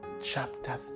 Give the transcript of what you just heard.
chapter